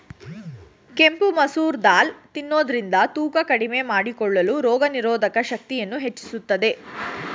ಕೆಂಪು ಮಸೂರ್ ದಾಲ್ ತಿನ್ನೋದ್ರಿಂದ ತೂಕ ಕಡಿಮೆ ಮಾಡಿಕೊಳ್ಳಲು, ರೋಗನಿರೋಧಕ ಶಕ್ತಿಯನ್ನು ಹೆಚ್ಚಿಸುತ್ತದೆ